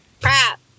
crap